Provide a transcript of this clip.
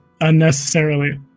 unnecessarily